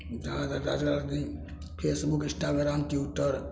जहाँ Facebook Instagram tutor